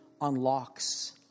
unlocks